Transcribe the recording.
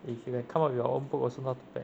if you can come up with your own book also not too bad